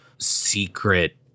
secret